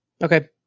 Okay